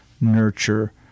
nurture